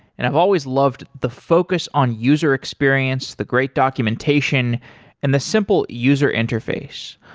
and i've always loved the focus on user experience, the great documentation and the simple user interface.